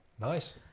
Nice